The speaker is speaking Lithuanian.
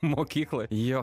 mokykloj jo